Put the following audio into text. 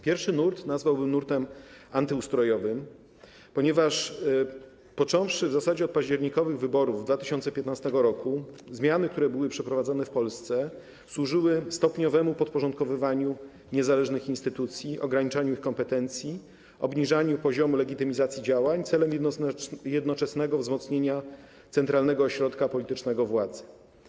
Pierwszy nurt nazwałbym nurtem antyustrojowym, ponieważ począwszy w zasadzie od październikowych wyborów 2015 r. zmiany, które były przeprowadzone w Polsce, służyły stopniowemu podporządkowywaniu niezależnych instytucji, ograniczaniu ich kompetencji, obniżaniu poziomu legitymizacji działań celem jednoczesnego wzmocnienia centralnego ośrodka politycznego władzy.